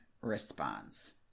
response